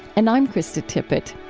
and i'm krista tippett